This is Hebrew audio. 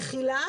מחילה,